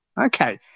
Okay